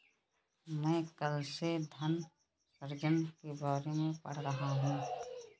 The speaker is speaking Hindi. मैं कल से धन सृजन के बारे में पढ़ रहा हूँ